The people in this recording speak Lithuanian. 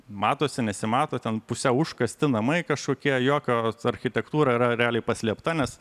matosi nesimato ten pusiau užkasti namai kažkokie jokio architektūra yra realiai paslėpta nes